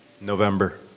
November